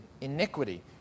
iniquity